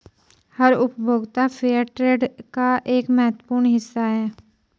हर उपभोक्ता फेयरट्रेड का एक महत्वपूर्ण हिस्सा हैं